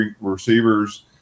receivers –